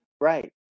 Right